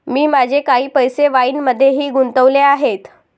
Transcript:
मी माझे काही पैसे वाईनमध्येही गुंतवले आहेत